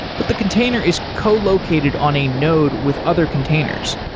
but the container is co-located on a node with other containers,